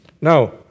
Now